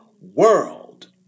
world